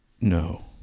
No